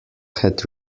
had